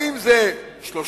האם זה 3%,